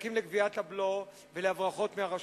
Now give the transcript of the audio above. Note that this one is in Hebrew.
נזקים לגביית הבלו והברחות מהרשות.